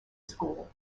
school